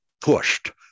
pushed